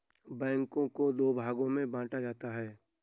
बैंकों को दो भागों मे बांटा जाता है